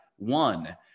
One